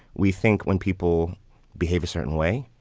we think when people behave a certain way,